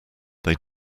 they